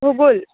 ভূগোল